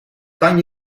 kan